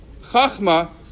Chachma